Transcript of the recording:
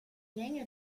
länge